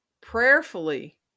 prayerfully